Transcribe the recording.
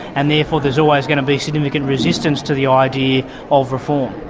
and therefore there is always going to be significant resistance to the idea of reform.